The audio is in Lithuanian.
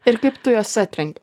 ir kaip tu juos atrenki